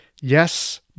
Yes